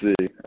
see